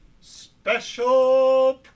Special